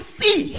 see